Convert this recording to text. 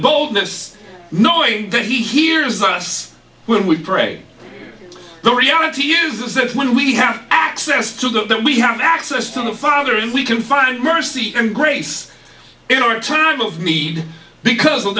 boldness knowing that he hears us when we pray the reality is that when we have access to that then we have access to the father and we can find mercy and grace in our time of need because of